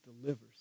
delivers